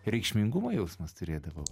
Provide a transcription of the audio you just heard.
reikšmingumo jausmas turėdavo